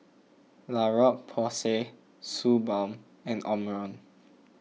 La Roche Porsay Suu Balm and Omron